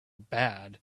bad